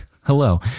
hello